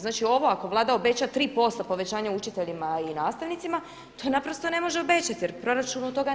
Znači ovo ako Vlada obeća 3% povećanja učiteljima i nastavnicima to naprosto ne može obećati jer u proračunu toga nema.